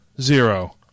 zero